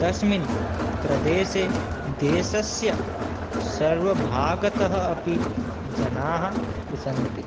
तस्मिन् प्रदेशे देशस्य सर्वभागतः अपि जनाः वसन्ति